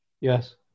Yes